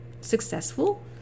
successful